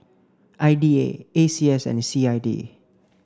I D A A C S and C I D